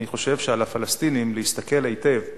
אני חושב שעל הפלסטינים להסתכל היטב,